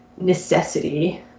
necessity